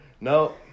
No